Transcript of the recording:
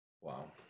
Wow